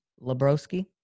Labroski